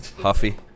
Huffy